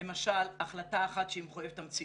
למשל החלטה אחת שהיא מחויבת המציאות.